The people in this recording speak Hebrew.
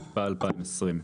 התשפ"א-2021.